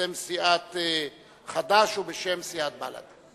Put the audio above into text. בשם סיעת חד"ש ובשם סיעת בל"ד,